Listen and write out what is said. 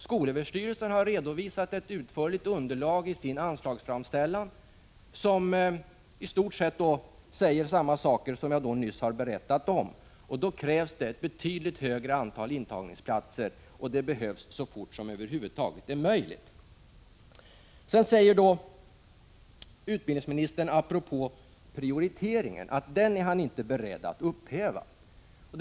Skolöverstyrelsen har redovisat ett utförligt underlag i sin anslagsframställan, och där sägs i stort sett samma saker som jag nyss berättade om. Då krävs det ett betydligt större antal intagningsplatser, och de behövs så fort som det över huvud taget är möjligt. Sedan säger utbildningsministern apropå prioriteringen att han inte är beredd att upphäva den.